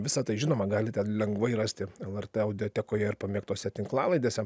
visa tai žinoma galite lengvai rasti lrt audiotekoje ir pamėgtose tinklalaidėse